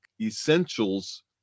essentials